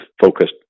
focused